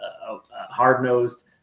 hard-nosed